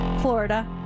Florida